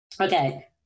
Okay